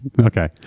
Okay